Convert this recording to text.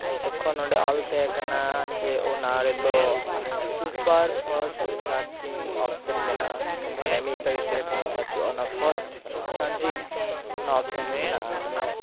ᱛᱚᱠᱷᱚᱱ ᱚᱰᱮ ᱚᱞ ᱛᱟᱦᱮᱸ ᱠᱟᱱᱟ ᱡᱮ ᱚᱱᱟ ᱨᱮᱫᱚ ᱥᱩᱯᱟᱨ ᱯᱷᱟᱥᱴ ᱪᱟᱨᱡᱤᱝ ᱚᱯᱥᱮᱱ ᱢᱮᱱᱟᱜᱼᱟ ᱢᱟ ᱱᱮ ᱢᱤᱫ ᱜᱷᱟᱹᱲᱤᱛᱮ ᱯᱷᱳᱱ ᱪᱟᱡᱚᱜᱼᱟ ᱚᱱᱟ ᱯᱷᱟᱥᱴ ᱪᱟᱨᱡᱤᱝ ᱚᱱᱟ ᱚᱯᱷᱥᱮᱱ ᱢᱮᱱᱟᱜᱼᱟ